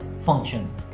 function